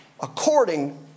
according